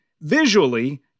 visually